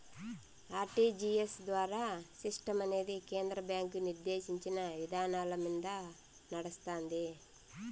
RTGS ద్వారా సిస్టమనేది కేంద్ర బ్యాంకు నిర్దేశించిన ఇదానాలమింద నడస్తాంది